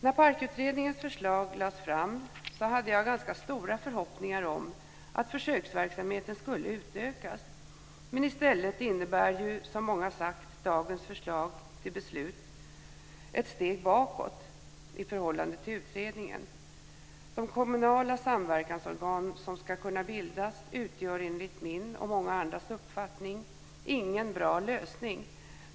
När PARK-utredningens förslag lades fram hade jag ganska stora förhoppningar om att försöksverksamheten skulle utökas, men i stället innebär ju, som många har sagt, dagens förslag till beslut ett steg bakåt i förhållande till utredningen. De kommunala samverkansorgan som ska kunna bildas utgör enligt min och många andras uppfattning ingen bra lösning.